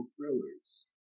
thrillers